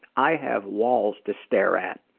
i have walls to stare at.